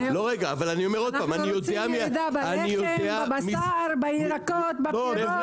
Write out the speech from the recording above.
אנחנו רוצים ירידה בלחם, בבשר, בירקות, בפירות.